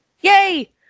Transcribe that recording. yay